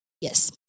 Yes